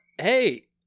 hey